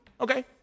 Okay